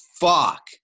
Fuck